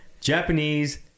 Japanese